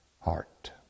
heart